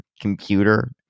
computer